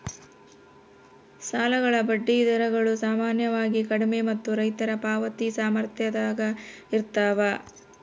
ಸಾಲಗಳ ಬಡ್ಡಿ ದರಗಳು ಸಾಮಾನ್ಯವಾಗಿ ಕಡಿಮೆ ಮತ್ತು ರೈತರ ಪಾವತಿ ಸಾಮರ್ಥ್ಯದಾಗ ಇರ್ತವ